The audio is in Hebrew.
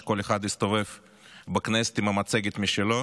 שכל אחד הסתובב בכנסת עם מצגת משלו.